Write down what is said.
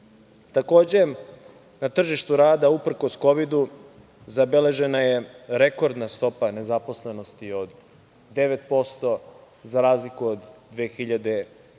na tržištu rada, uprkos kovidu, zabeležena je rekordna stopa nezaposlenosti od 9%, za razliku od 2012.